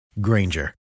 Granger